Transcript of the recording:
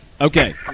Okay